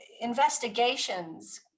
investigations